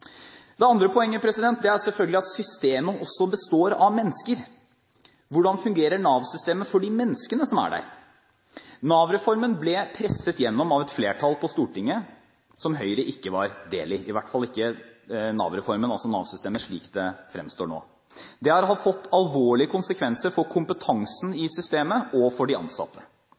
Det andre poenget er selvfølgelig at systemet også består av mennesker. Hvordan fungerer Nav-systemet for de menneskene som er der? Nav-reformen ble presset gjennom av et flertall på Stortinget, som Høyre ikke var del i – i hvert fall ikke Nav-systemet slik det fremstår nå. Det har fått alvorlige konsekvenser for kompetansen i systemet og for de ansatte.